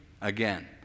again